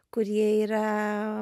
kurie yra